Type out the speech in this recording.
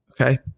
Okay